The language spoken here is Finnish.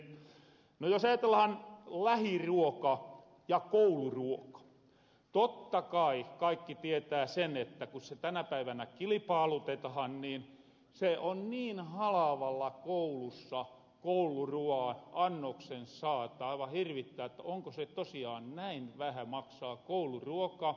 no jos ajatellahan lähiruokaa ja kouluruokaa totta kai kaikki tietää sen että ku se tänä päivänä kilpaalutetahan niin niin halavalla koulussa kouluruuan annoksen saa että aivan hirvittää että tosiaanko näin vähä maksaa kouluruoka